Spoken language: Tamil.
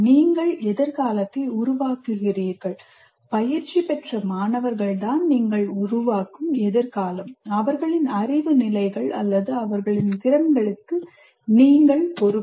நீங்கள் எதிர்காலத்தை உருவாக்குகிறீர்கள் பயிற்சி பெற்ற மாணவர்கள் தான் நீங்கள் உருவாக்கும் எதிர்காலம் அவர்களின் அறிவு நிலைகள் அல்லது அவர்களின் திறன்களுக்கு நீங்கள் பொறுப்பு